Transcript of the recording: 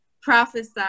prophesy